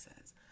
says